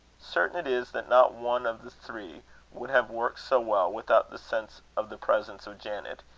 certain it is that not one of the three would have worked so well without the sense of the presence of janet,